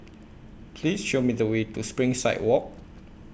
Please Show Me The Way to Springside Walk